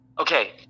okay